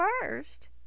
first